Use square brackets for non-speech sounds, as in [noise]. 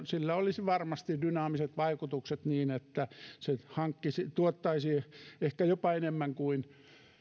[unintelligible] sillä olisi varmasti dynaamiset vaikutukset niin että se tuottaisi ehkä jopa enemmän kuin